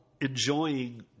enjoying